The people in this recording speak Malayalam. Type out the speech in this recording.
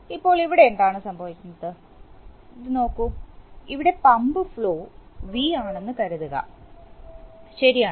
ഇപ്പോൾ ഇവിടെ എന്താണ് സംഭവിക്കുന്നത് ഇത് നോക്കൂ ഇവിടെ പമ്പ് ഫ്ലോ വി ആണെന്ന് കരുതുക ശരിയാണ്